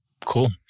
Cool